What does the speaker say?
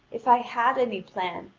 if i had any plan,